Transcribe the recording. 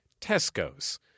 Tesco's